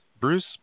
Bruce